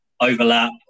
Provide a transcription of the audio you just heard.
Overlap